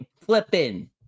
flipping